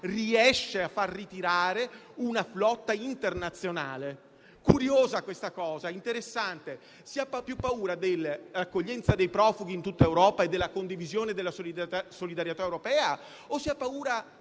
riesce a far ritirare una flotta internazionale. Curiosa questa cosa, interessante. Si ha più paura dell'accoglienza dei profughi in tutta Europa e della condivisione e della solidarietà europea o si ha paura